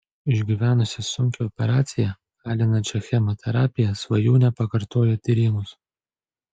išgyvenusi sunkią operaciją alinančią chemoterapiją svajūnė pakartojo tyrimus